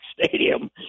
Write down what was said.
stadium